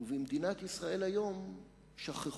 ובמדינת ישראל היום שכחו.